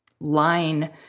line